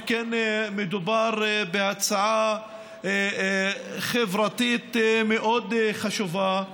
שכן מדובר בהצעה חברתית מאוד חשובה,